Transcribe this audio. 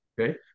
okay